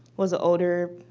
was a older